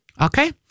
Okay